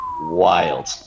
wild